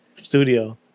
studio